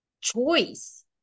choice